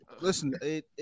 Listen